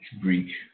Greek